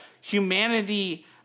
humanity